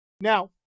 Now